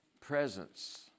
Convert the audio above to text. presence